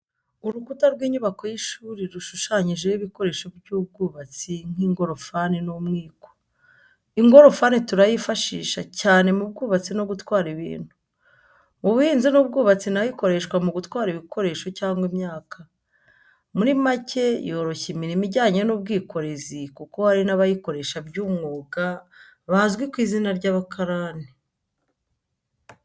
Urukuta rw'inyubako y'ishuri rushushanyijeho ibikoresho by'ubwubatsi nk'ingorofani n'umwiko. Ingorofani turayifashisha, cyane mu bwubatsi no gutwara ibintu. Mu buhinzi n’ubwubatsi naho ikoreshwa mu gutwara ibikoresho cyangwa imyaka. Muri macye yoroshya imirimo ijyanye n’ubwikorezi kuko hari n’abayikoresha by’umwuga bazwi ku izina ry’abakarani.